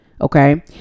Okay